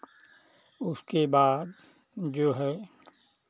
उसके बाद जो है